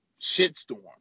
shitstorm